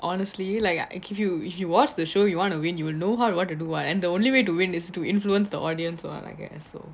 honestly like I give you if you watched the show you wanna win and you know how you want to do what and the only way to win is to influence the audience lah like I guess so